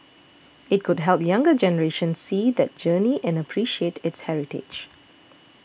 it could help younger generations see that journey and appreciate its heritage